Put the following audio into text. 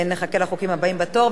נחכה לחוקים הבאים בתור.